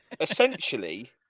Essentially